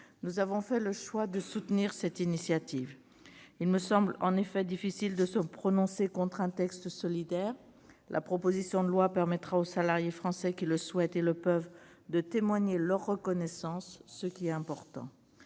Nous avons fait le choix de soutenir cette initiative. Il semble en effet difficile de se prononcer contre un texte solidaire. La proposition de loi permettra aux salariés français qui le souhaitent et le peuvent de témoigner leur reconnaissance, ce qui est important.